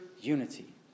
unity